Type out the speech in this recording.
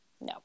no